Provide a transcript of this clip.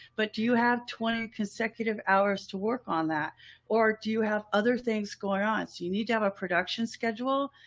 but do you have twenty consecutive hours to work on that or do you have other things going on? so you need to have a production schedule,